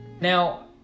now